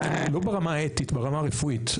לא ברמה האתית, ברמה הרפואית.